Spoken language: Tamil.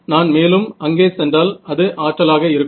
நான் மேலும் அங்கே சென்றால் இது ஆற்றலாக இருக்கும்